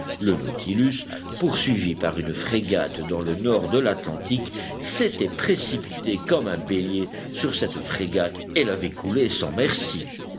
le nautilus poursuivi par une frégate dans le nord de l'atlantique s'était précipité comme un bélier sur cette frégate et l'avait coulée sans merci